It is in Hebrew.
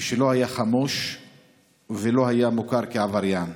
כשלא היה חמוש ולא היה מוכר כעבריין.